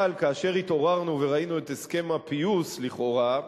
אבל כאשר התעוררנו וראינו את הסכם הפיוס לכאורה,